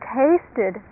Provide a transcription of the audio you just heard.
tasted